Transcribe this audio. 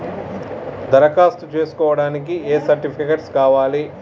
దరఖాస్తు చేస్కోవడానికి ఏ సర్టిఫికేట్స్ కావాలి?